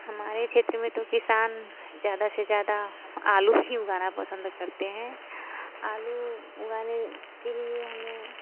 हमारे क्षेत्र में तो किसान ज़्यादा से ज़्यादा आलू ही उगाना पसंद करते हैं आलू उगाने के लिए हमें